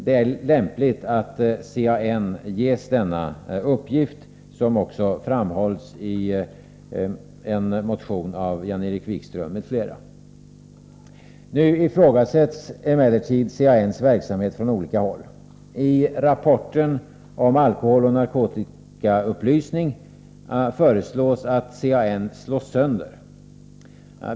Det är lämpligt att CAN ges denna uppgift, vilket också framhålls i en motion av Jan-Erik Wikström m.fl. Nu ifrågasätts emellertid CAN:s verksamhet från olika håll. I rapporten om alkoholoch narkotikaupplysning föreslås att CAN skall slås sönder.